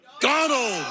Donald